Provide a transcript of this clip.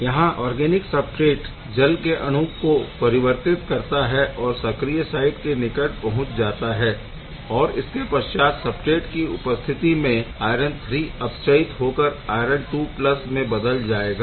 यहाँ organic substrate जल के अणु को विस्थापित करता है और सक्रिय साइट के निकट पहुँच जाता है और इसके पश्चात सबस्ट्रेट की उपस्थिति में आयरन III अपचयित होकर आयरन II में बदल जाएगा